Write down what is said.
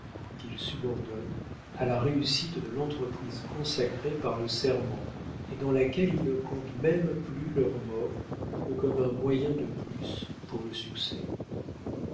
qu'ils subordonnent à la réussite de l'entreprise consacrée par le serment et dans laquelle ils ne comptent même plus leur mort que comme un moyen de plus pour le succès